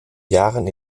jahren